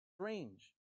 strange